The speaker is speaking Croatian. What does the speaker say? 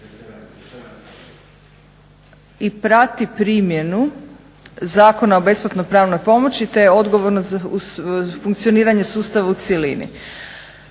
i prati primjenu Zakona o besplatnoj pravnoj pomoći te je odgovorno za funkcioniranje sustava u cjelini.